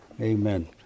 Amen